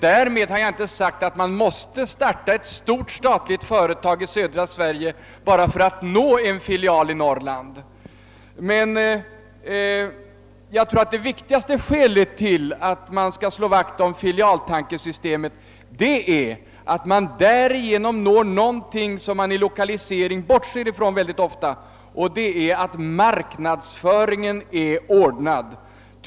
Därmed har jag inte sagt att man måste starta ett stort statligt företag i södra Sverige enbart för att få en filial i Norrland. Jag tror att det viktigaste skälet till att man skall slå vakt om tanken på filialsystemet är att man därigenom når någonting som man ofta bortser ifrån vid lokalisering, nämligen att marknadsföringen är ordnad.